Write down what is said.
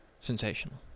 sensational